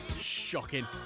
shocking